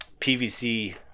PVC